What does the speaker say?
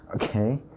Okay